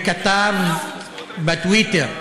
וכתב בטוויטר: